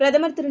பிரதமர் திரு